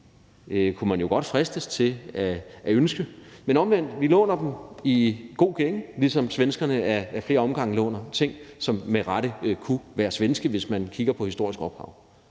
kunne man jo godt fristes til at ønske; men omvendt låner vi dem i god forståelse, ligesom svenskerne ad flere omgange låner ting, som med rette kunne være svenske, hvis man kigger på det historiske ophav.